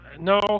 no